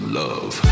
love